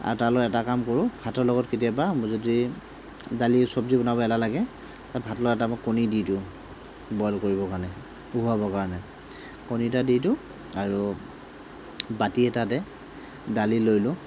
আৰু তালৈ এটা কাম কৰোঁ ভাতৰ লগত কেতিয়াবা যদি দালি চব্জি বনাবলৈ এলাহ লাগে তাত ভাতৰ লগত এটা কণী দি দিওঁ বইল কৰিবৰ কাৰণে ওহাবৰ কাৰণে কণী এটা দি দিওঁ আৰু বাটি এটাতে দালি লৈ লওঁ